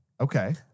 Okay